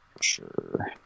Sure